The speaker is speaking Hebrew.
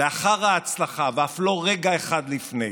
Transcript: לאחר ההצלחה, ואף לא רגע אחד לפני.